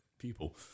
people